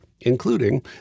including